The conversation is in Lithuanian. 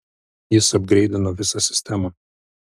jis apgreidino visą sistemą